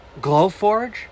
glowforge